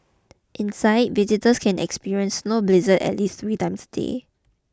inside visitors can experience snow blizzards at least three times a day